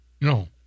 No